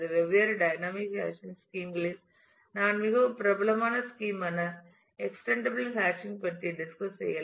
வெவ்வேறு dynamic hashing scheme களில் நான் மிகவும் பிரபலமான ஸ்கீம் ஆன எக்ஸ்டெண்டபிள் ஹாஷிங் பற்றி டிஸ்கஸ் செய்யலாம்